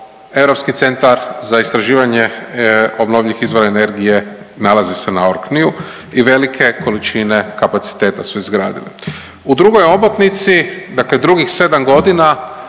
Europski centar za istraživanje obnovljivih izvora energije nalazi se na Orkneyu i velike količine kapaciteta su izgradile. U drugoj omotnici, dakle drugih sedam godina